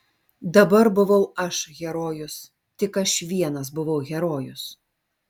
dabar buvau aš herojus tik aš vienas buvau herojus